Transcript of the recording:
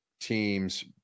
team's –